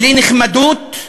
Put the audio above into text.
בלי נחמדות,